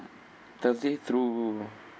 thursday through